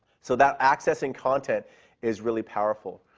so that accessing content is really powerful.